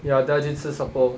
ya 等一下去吃 supper